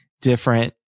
different